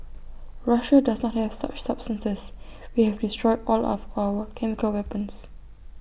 Russia does not have such substances we have destroyed all of our chemical weapons